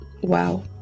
wow